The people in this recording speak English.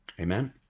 Amen